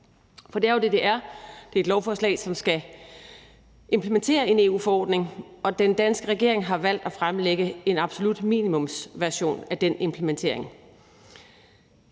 For det er jo det, det er. Det er et lovforslag, som skal implementere en EU-forordning, og den danske regering har valgt at fremlægge en absolut minimumsversion af den implementering.